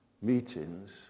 meetings